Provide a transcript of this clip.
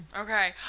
Okay